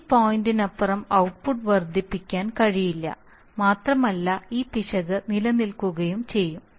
ഈ പോയിന്റിനപ്പുറം ഔട്ട്പുട്ട് വർദ്ധിപ്പിക്കാൻ കഴിയില്ല മാത്രമല്ല ഈ പിശക് നിലനിൽക്കുകയും ചെയ്യും